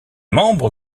membre